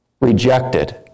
rejected